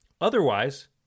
Otherwise